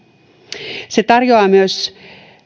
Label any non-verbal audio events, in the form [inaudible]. [unintelligible] se tarjoaa myös